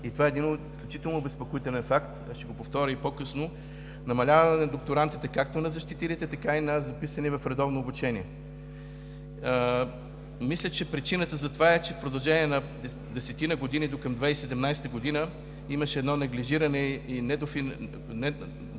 година – един изключително обезпокоителен факт, ще го повторя и по-късно, намаляване на докторантите както на защитилите, така и на записаните в редовно обучение. Мисля, че причината за това е, че в продължение на десетина години, до към 2017 г., имаше едно неглижиране и недостатъчно